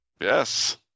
Yes